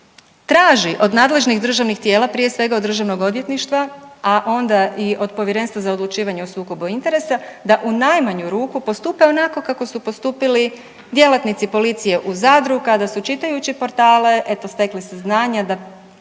traži od nadležnih državnih tijela, prije svega od DORH-a, a onda i od Povjerenstva za odlučivanje o sukobu interesa da u najmanju ruku postupe onako kako su postupili djelatnici policije u Zadru kada su čitajući portale, eto, stekli saznanje da